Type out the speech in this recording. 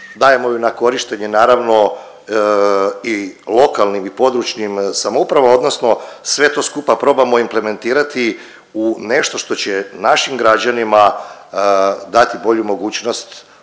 dajemo ju na korištenje naravno i lokalnim i područnim samoupravama odnosno sve to skupa probamo implementirati u nešto što će našim građanima dati bolju mogućnost